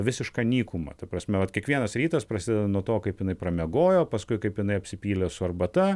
visišką nykumą ta prasme vat kiekvienas rytas prasideda nuo to kaip jinai pramiegojo paskui kaip jinai apsipylė su arbata